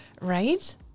Right